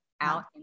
out